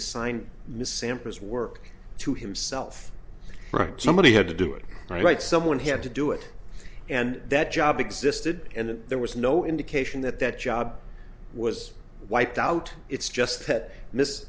assigned miss sampras work to himself right somebody had to do it right someone had to do it and that job existed and that there was no indication that that job was wiped out it's just